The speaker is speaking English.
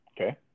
Okay